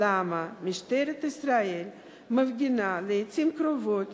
למה משטרת ישראל מפגינה לעתים קרובות